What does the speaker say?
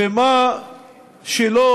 ומה שלא